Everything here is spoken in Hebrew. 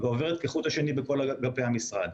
ועוברת כחוט השני בכל אגפי המשרד.